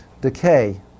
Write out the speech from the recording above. decay